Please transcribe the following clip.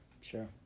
Sure